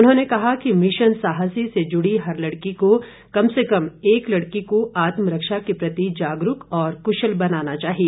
उन्होंने कहा कि मिशन साहसी से जुड़ी हर लड़की को कम से कम एक लड़की को आत्मरक्षा के प्रति जागरूक और कुशल बनाना चाहिए